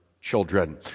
children